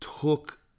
took